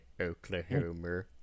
Oklahoma